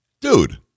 Dude